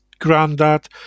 granddad